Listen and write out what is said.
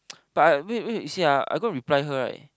but I wait wait you see ah I go reply her right